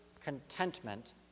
contentment